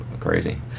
Crazy